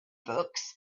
books